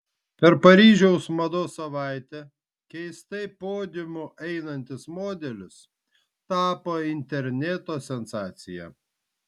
per paryžiaus mados savaitę keistai podiumu einantis modelis tapo interneto sensacija